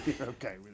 Okay